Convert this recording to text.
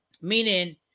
meaning